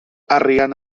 arian